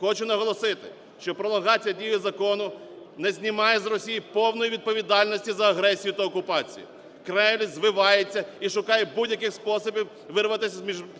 Хочу наголосити, що пролонгація дії закону не знімає з Росії повної відповідальності за агресію та окупацію. Кремль звивається і шукає будь-яких способів вирватись